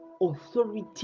authority